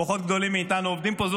כוחות גדולים מאיתנו עובדים פה.